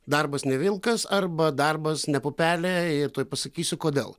darbas ne vilkas arba darbas ne pupelė ir tuoj pasakysiu kodėl